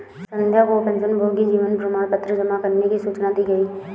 संध्या को पेंशनभोगी जीवन प्रमाण पत्र जमा करने की सूचना दी गई